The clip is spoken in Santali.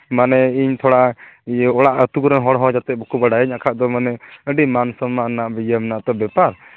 ᱢᱟᱱᱮ ᱤᱧ ᱛᱷᱚᱲᱟ ᱤᱭᱟᱹ ᱚᱲᱟᱜ ᱟᱹᱛᱩ ᱠᱚᱨᱮᱱ ᱦᱚᱲᱦᱚᱸ ᱡᱟᱛᱮ ᱵᱟᱠᱚ ᱵᱟᱲᱟᱭ ᱢᱟ ᱵᱟᱠᱷᱟᱡ ᱫᱚ ᱢᱟᱱᱮ ᱟᱹᱰᱤ ᱢᱟᱱ ᱥᱚᱱᱢᱟᱱ ᱨᱮᱱᱟᱜ ᱤᱭᱟᱹ ᱢᱮᱱᱟᱜᱼᱟ ᱛᱚ ᱵᱮᱯᱟᱨ